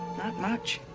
not much.